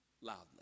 loudly